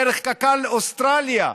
דרך קק"ל אוסטרליה.